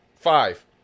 Five